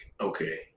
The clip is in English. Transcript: okay